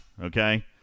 Okay